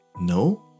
No